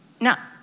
now